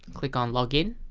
click on log in